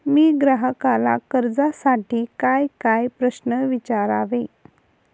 मी ग्राहकाला कर्जासाठी कायकाय प्रश्न विचारावे?